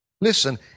listen